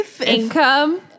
Income